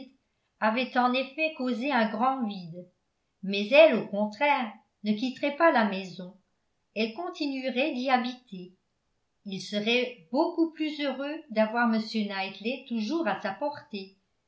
avait en effet causé un grand vide mais elle au contraire ne quitterait pas la maison elle continuerait d'y habiter il serait beaucoup plus heureux d'avoir m knightley toujours à sa portée